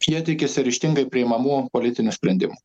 jie tikisi ryžtingai priimamų politinių sprendimų